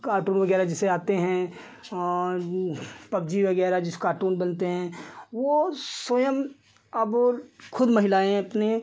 cartoon वग़ैरह जैसे आते हैं और पबज़ी वग़ैरह जैसे कार्टून बनते हैं वह स्वयँ अब वह खुद महिलाएँ अपने